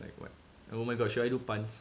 like what oh my god should I do puns